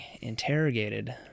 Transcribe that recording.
interrogated